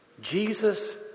Jesus